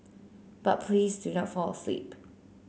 but please do not fall asleep